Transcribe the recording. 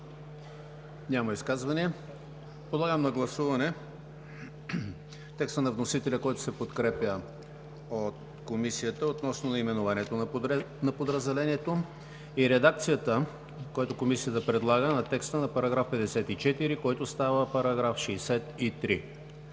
Няма изказвания. Подлагам на гласуване текста на вносителя, който се подкрепя от Комисията, относно наименованието на подразделението и редакцията, която Комисията предлага на текста на § 54, който става § 63.